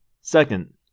Second